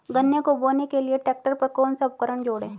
गन्ने को बोने के लिये ट्रैक्टर पर कौन सा उपकरण जोड़ें?